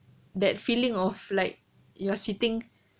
that feeling of like you are sitting